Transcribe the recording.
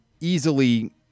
easily